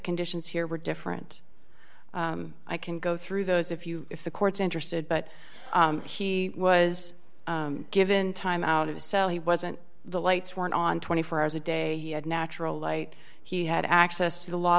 conditions here were different i can go through those if you if the courts interested but he was given time out of a cell he wasn't the lights weren't on twenty four hours a day he had natural light he had access to the law